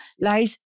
lies